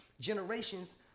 generations